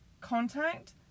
contact